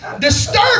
disturbing